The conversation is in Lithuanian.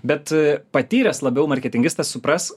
bet patyręs labiau marketingistas supras